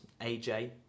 AJ